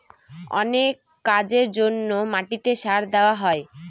অনেক কাজের জন্য মাটিতে সার দেওয়া হয়